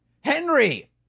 Henry